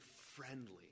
friendly